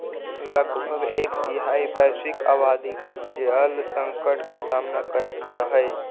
लगभग एक तिहाई वैश्विक आबादी के जल संकट के सामना करे पड़ऽ हई